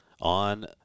On